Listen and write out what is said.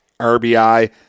RBI